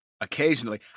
Occasionally